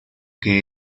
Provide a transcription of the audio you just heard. que